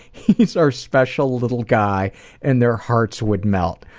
he's our special little guy and their hearts would melt.